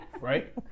right